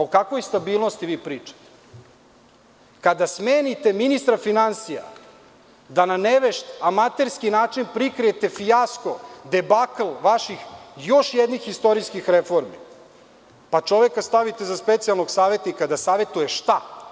O kakvoj stabilnosti vi pričate, kada smenite ministra finansija da na nevešt, amaterski način prikrijete fijasko, debakl vaših još jednih istorijskih reformi, pa čoveka stavite za specijalnog savetnika da savetuje šta?